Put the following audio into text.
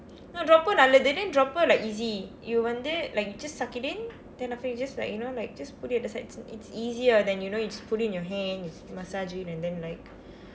no dropper நல்லது:nallathu and then dropper like easy you வந்து:vanthu like just suck it in then after you just like you know like just put at the sides it's easier then you know it's fully in your hands massage and then like